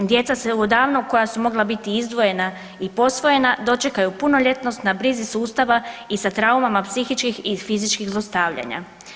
Djeca se odavno koja su mogla biti izdvojena i posvojena dočekaju punoljetnost na brizi sustava i sa traumama psihičkih i fizičkih zlostavljanja.